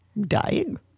Dying